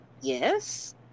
Yes